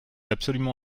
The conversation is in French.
absolument